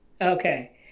okay